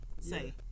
say